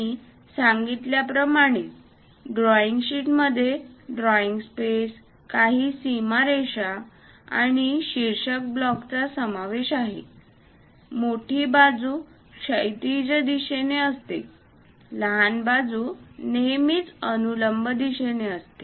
मी सांगितल्याप्रमाणे ड्रॉईंग शीटमध्ये drawing space काही सीमा रेखा आणि शीर्षक ब्लॉकचा समावेश आहे मोठी बाजू क्षैतिज दिशेने असते लहान बाजू नेहमी अनुलंब दिशेने असते